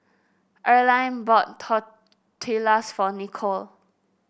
Earline bought Tortillas for Nikole